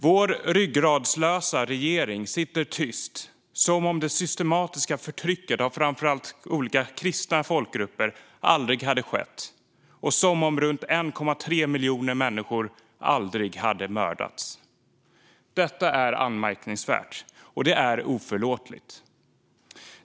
Vår ryggradslösa regering sitter tyst, som om det systematiska förtrycket av framför allt olika kristna folkgrupper aldrig hade skett och som om runt 1,3 miljoner människor aldrig hade mördats. Detta är anmärkningsvärt och oförlåtligt.